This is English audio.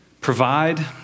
provide